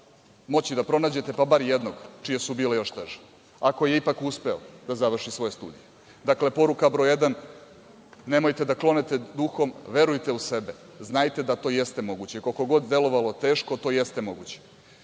moći da pronađete jednog pa bar jednog čije su bile još teže, a koji je ipak uspeo da završi studije. Dakle, poruka broj jedan nemojte da klonete duhom, verujte u sebe, znajte da to jeste moguće, koliko god delovalo teško, to jeste moguće…